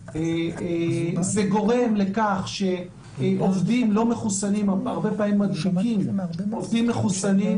זה גורם לכך שעובדים לא מחוסנים הרבה פעמים מדביקים עובדים מחוסנים.